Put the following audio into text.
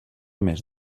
més